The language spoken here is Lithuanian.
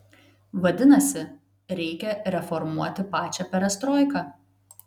vadinasi reikia reformuoti pačią perestroiką